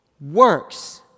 works